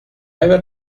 ever